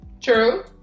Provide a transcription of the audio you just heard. True